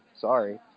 sorry